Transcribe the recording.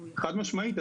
חד משמעית.